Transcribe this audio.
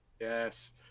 Yes